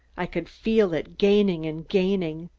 i could feel it gaining and gaining.